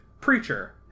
Preacher